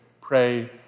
pray